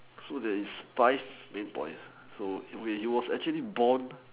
so there is five main points so when he was actually born